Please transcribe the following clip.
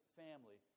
family